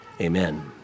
amen